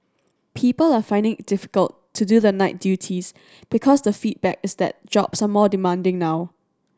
people are finding it difficult to do the night duties because the feedback is that jobs are more demanding now